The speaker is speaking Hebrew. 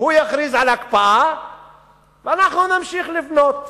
הוא יכריז על הקפאה ואנחנו נמשיך לבנות.